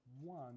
one